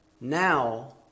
now